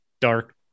dark